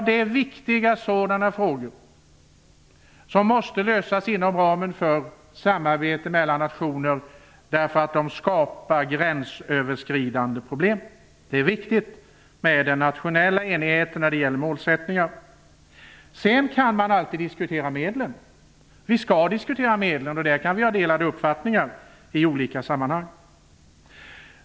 Det är viktiga frågor som måste lösas inom ramen för samarbete mellan nationer därför att de skapar gränsöverskridande problem. Det är viktigt med den nationella enigheten när det gäller målsättningen. Sedan kan man alltid diskutera medlen, och vi skall diskutera medlen. Där kan vi ha delade meningar i olika delar.